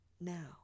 now